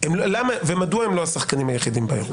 ומדוע הם לא השחקנים היחידים באירוע?